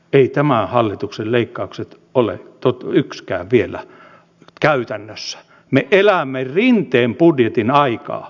eivät tämän hallituksen leikkaukset ei yksikään niistä ole vielä käytännössä me elämme rinteen budjetin aikaa